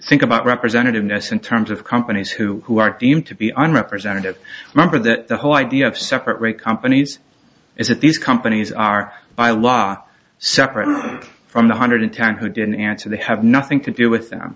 think about representativeness in terms of companies who who are deemed to be on representative remember that the whole idea of separate companies is that these companies are by law separate from the hundred ten who didn't answer they have nothing to do with them